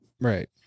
Right